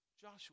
Joshua